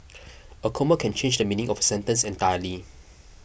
a comma can change the meaning of a sentence entirely